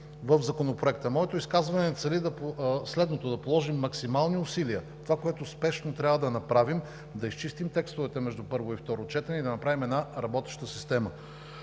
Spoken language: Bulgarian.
в Законопроекта? Моето изказване цели следното: да положим максимални усилия. Това, което спешно трябва да направим, е да изчистим текстовете между първо и второ четене и да направим една работеща система.